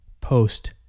post